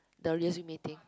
the you meeting